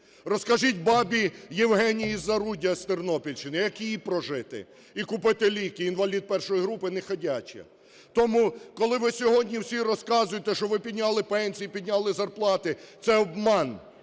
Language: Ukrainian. Розкажіть бабі Євгенії із Заруддя, з Тернопільщини, як їй прожити і купити ліки – інвалід І групи, неходяча. Тому, коли ви сьогодні всі розказуєте, що ви підняли пенсії, підняли зарплати – це обман.